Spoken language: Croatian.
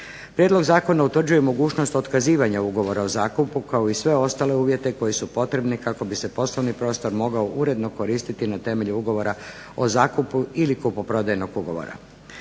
Prijedlog zakona utvrđuje mogućnost otkazivanja ugovora o zakupu kao i sve ostale uvjete koji su potrebni kako bi se poslovni prostor mogao uredno koristiti na temelju ugovora o zakupu ili kupoprodajnog ugovora.